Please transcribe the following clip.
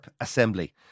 Assembly